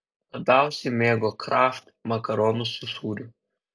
labiausiai mėgo kraft makaronus su sūriu